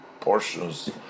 portions